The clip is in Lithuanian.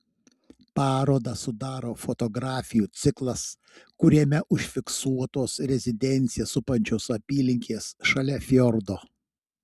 parodą sudaro fotografijų ciklas kuriame užfiksuotos rezidenciją supančios apylinkės šalia fjordo